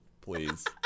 please